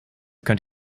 könnt